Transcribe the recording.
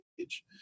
age